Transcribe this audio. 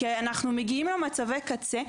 כי אנחנו מגיעים למצבי קצה,